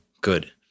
good